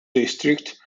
district